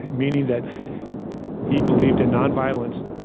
meaning that he believed in nonviolence.